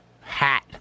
hat